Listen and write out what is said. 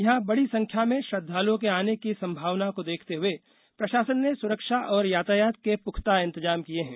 यहां बड़ी संख्या में श्रद्दालुओं के आने की सम्मावना को देखते हुए प्रशासन ने सुरक्षा और यातायात के पुख्ता इंतजाम किए हैं